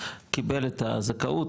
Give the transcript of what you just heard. קיבל את הזכאות,